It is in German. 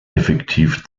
effektiv